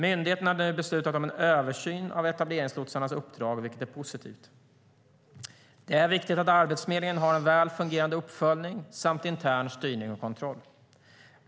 Myndigheten har nu beslutat om en översyn av etableringslotsarnas uppdrag, vilket är positivt. Det är viktigt att Arbetsförmedlingen har en väl fungerande uppföljning samt intern styrning och kontroll.